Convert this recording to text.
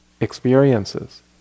experiences